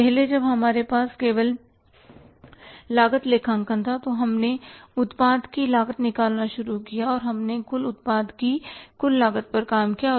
अब पहले जब हमारे पास केवल लागत लेखांकन था तो हमने उत्पाद की लागत निकालना शुरू किया और हमने केवल उत्पाद की कुल लागत पर काम किया